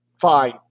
Fine